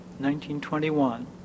1921